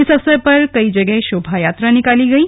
इस अवसर पर कई जगह शोभायात्रा निकाली गई